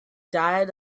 diet